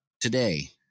Today